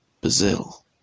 Brazil